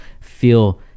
feel